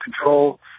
control